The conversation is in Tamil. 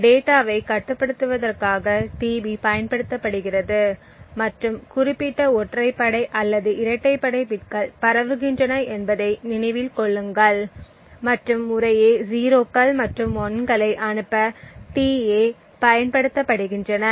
டேட்டாவைக் கட்டுப்படுத்துவதற்காக tB பயன்படுத்தப்படுகிறது மற்றும் குறிப்பிட்ட ஒற்றைப்படை அல்லது இரட்டைப்படை பிட்கள் பரவுகின்றன என்பதை நினைவில் கொள்ளுங்கள் மற்றும் முறையே 0 கள் மற்றும் 1 களை அனுப்ப tA பயன்படுத்தப்படுகின்றன